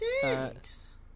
Thanks